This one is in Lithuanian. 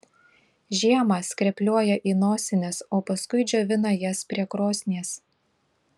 žiemą skrepliuoja į nosines o paskui džiovina jas prie krosnies